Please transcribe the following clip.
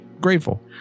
grateful